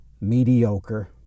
mediocre